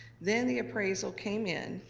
then the appraisal came in,